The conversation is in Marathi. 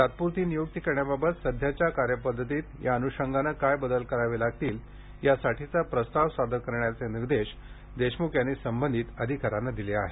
तात्प्रती नियुक्ती करण्याबाबत सध्याच्या कार्यपद्धतीत या अनुषंगानं काय बदल करावे लागतील यासाठीचा प्रस्ताव सादर करण्याचे निर्देश देशमुख यांनी संबंधित अधिकाऱ्यांना दिले आहेत